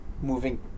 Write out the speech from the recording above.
Moving